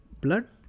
blood